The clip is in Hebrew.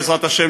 בעזרת השם,